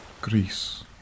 Greece